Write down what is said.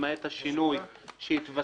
למעט השינוי של 100,000 או 200,000 ביצה שהתווסף.